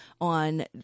on